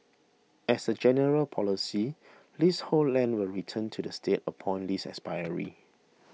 as a general policy leasehold land will return to the state upon lease expiry